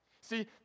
See